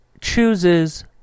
chooses